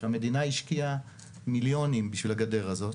המדינה השקיעה מיליונים בשביל הגדר הזאת.